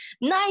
nine